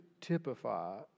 typify